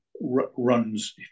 runs